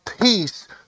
Peace